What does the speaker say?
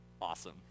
Awesome